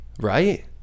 right